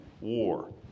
war